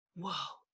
Whoa